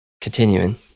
Continuing